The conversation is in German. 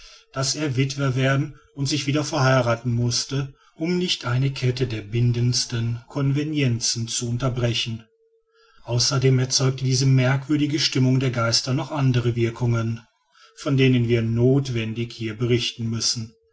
daß er wittwer werden und sich wieder verheiraten mußte um nicht eine kette der bindendsten convenienzen zu unterbrechen außerdem erzeugte diese merkwürdige stimmung der geister noch andere wirkungen von denen wir nothwendig hier berichten müssen